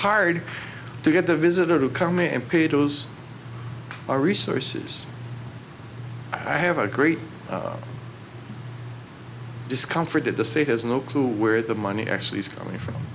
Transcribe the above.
hard to get the visitor to come in and pay those our resources i have a great discomfort that the state has no clue where the money actually is coming from